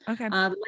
Okay